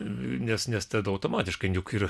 nes nes tada automatiškai juk ir